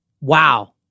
Wow